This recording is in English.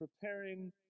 preparing